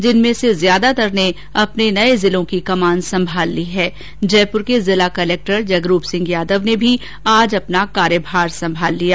जिनमें से ज्यादातर ने अपने नये जिलों की कमान संभाल ली है जयपुर के जिला कलेक्टर जगरूप सिंह यादव ने भी आज अपना कार्य संभाल लिया